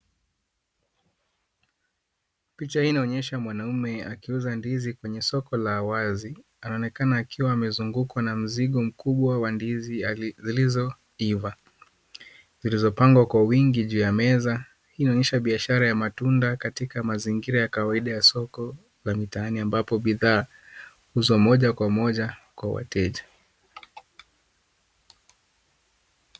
Picha hii inaonyesha mwanaume akiuza ndizi kwenye soko la wazi. Anaonekana akiwa amezungukwa na mzigo mkubwa wa ndizi zilizoiva zilizopangwa kwa wingi juu ya meza. Hii inaonyesha biashara ya matunda katika mazingira ya kawaida ya soko la mitaani ambapo bidhaa huzwa moja kwa moja wa wateja.